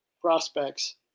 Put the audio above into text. prospects